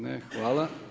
Ne, hvala.